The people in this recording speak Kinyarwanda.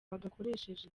bagakoresheje